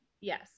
yes